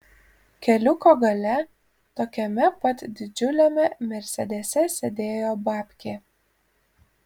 keliuko gale tokiame pat didžiuliame mersedese sėdėjo babkė